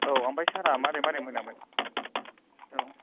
औ ओमफ्राय सारा माबोरै माबोरै मोनामोन औ